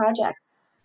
projects